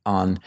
on